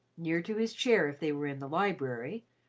near to his chair if they were in the library,